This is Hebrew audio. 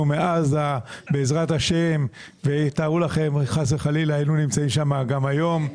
מעזה בעזרת השם ותארו לכם חס וחלילה היינו נמצאים שם גם היום.